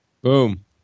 Boom